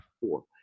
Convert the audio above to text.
Four